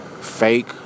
Fake